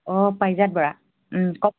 অ পাৰিজাত বৰা ও কওক